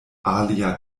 alia